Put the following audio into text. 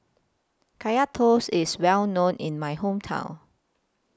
Kaya Toast IS Well known in My Hometown